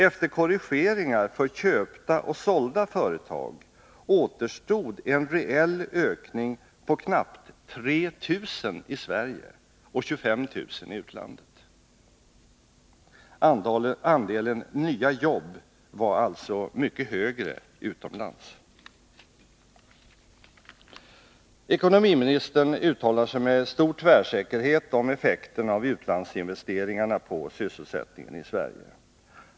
Efter korrigeringar för köpta och sålda företag återstod en reell ökning på knappt 3 000 i Sverige och 25 000 i utlandet. Andelen nya jobb var alltså mycket högre utomlands. Ekonomiministern uttalar sig med stor tvärsäkerhet om effekten av utlandsinvesteringarna på sysselsättningen i Sverige.